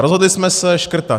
Rozhodli jsme se škrtat.